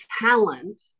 talent